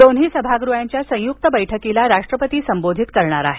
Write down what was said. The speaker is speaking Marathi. दोन्ही सभागृहांच्या संयुक्त बैठकीला राष्ट्रपती संबोधित करणार आहेत